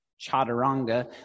chaturanga